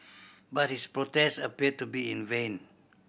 but his protest appeared to be in vain